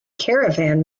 caravan